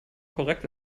korrekt